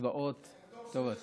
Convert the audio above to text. וקצבאות טובות.